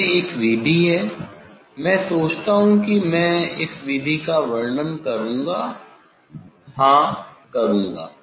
यह एक विधि है मैं सोचता हूँ की मैं इस विधि का वर्णन करूँगा हाँ करूँगा